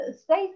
space